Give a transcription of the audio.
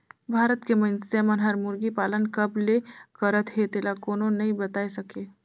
भारत के मइनसे मन हर मुरगी पालन कब ले करत हे तेला कोनो नइ बताय सके